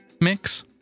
mix